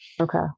okay